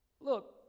Look